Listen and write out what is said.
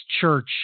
church